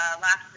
last